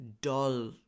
dull